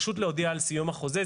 פשוט להודיע על סיום החוזה.